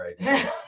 right